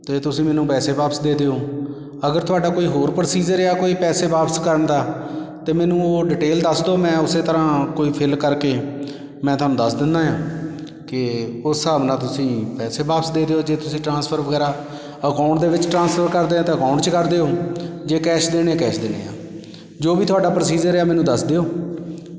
ਅਤੇ ਤੁਸੀਂ ਮੈਨੂੰ ਪੈਸੇ ਵਾਪਸ ਦੇ ਦਿਓ ਅਗਰ ਤੁਹਾਡਾ ਕੋਈ ਹੋਰ ਪ੍ਰੋਸੀਜ਼ਰ ਆ ਕੋਈ ਪੈਸੇ ਵਾਪਸ ਕਰਨ ਦਾ ਤਾਂ ਮੈਨੂੰ ਉਹ ਡਿਟੇਲ ਦੱਸ ਦਿਉ ਮੈਂ ਉਸ ਤਰ੍ਹਾਂ ਕੋਈ ਫਿਲ ਕਰਕੇ ਮੈਂ ਤੁਹਾਨੂੰ ਦੱਸ ਦਿੰਦਾ ਹਾਂ ਕਿ ਉਸ ਹਿਸਾਬ ਨਾਲ ਤੁਸੀਂ ਪੈਸੇ ਵਾਪਸ ਦੇ ਦਿਉ ਜੇ ਤੁਸੀਂ ਟ੍ਰਾਂਸਫਰ ਵਗੈਰਾ ਅਕਾਊਂਟ ਦੇ ਵਿੱਚ ਟ੍ਰਾਂਸਫਰ ਕਰਦੇ ਆ ਤਾਂ ਅਕਾਊਂਟ 'ਚ ਕਰ ਦਿਉ ਜੇ ਕੈਸ਼ ਦੇਣੇ ਆ ਕੈਸ਼ ਦੇਣੇ ਆ ਜੋ ਵੀ ਤੁਹਾਡਾ ਪ੍ਰੋਸੀਜ਼ਰ ਆ ਮੈਨੂੰ ਦੱਸ ਦਿਉ